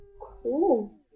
Cool